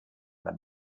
wenn